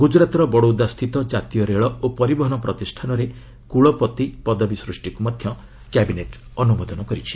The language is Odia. ଗୁଜୁରାଟର ବଡୌଦାସ୍ଥିତ କାତୀୟ ରେଳ ଓ ପରିବହନ ପ୍ରତିଷ୍ଠାନରେ କୁଳପତି ପଦବୀ ସୃଷ୍ଟିକୁ ମଧ୍ୟ କ୍ୟାବିନେଟ୍ ଅନ୍ତମୋଦନ କରିଛି